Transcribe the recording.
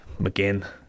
McGinn